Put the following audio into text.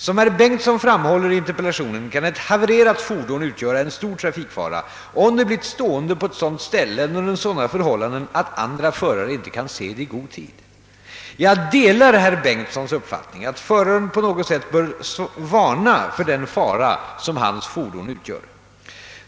Som herr Bengtson framhåller i interpellationen kan ett havererat fordon utgöra en stor trafikfara, om det blivit stående på ett sådant ställe eller under sådana förhållanden att andra förare inte kan se det i god tid. Jag delar herr Bengtsons uppfattning att föraren på något sätt bör varna för den fara som hans fordon utgör.